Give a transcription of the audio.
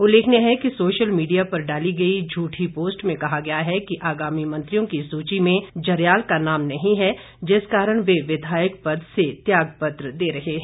उल्लेखनीय है कि सोशल मीडिया पर डाली गई झूठी पोस्ट में कहा गया है कि आगामी मंत्रियों की सूची में जरयाल का नाम नहीं है जिस कारण वे विधायक पद से त्यागपत्र दे रहे हैं